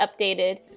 updated